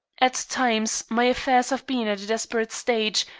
at times, my affairs have been at a desperate stage,